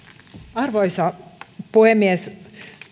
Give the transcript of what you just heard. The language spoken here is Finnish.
arvoisa puhemies